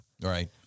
Right